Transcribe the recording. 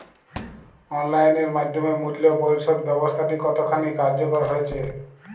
Online এর মাধ্যমে মূল্য পরিশোধ ব্যাবস্থাটি কতখানি কার্যকর হয়েচে?